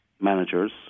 managers